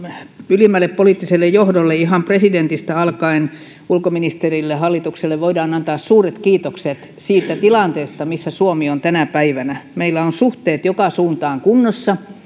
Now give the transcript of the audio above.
ylimmälle poliittiselle johdolle ihan presidentistä alkaen ulkoministerille ja hallitukselle voidaan antaa suuret kiitokset siitä tilanteesta missä suomi on tänä päivänä meillä on suhteet joka suuntaan kunnossa